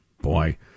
boy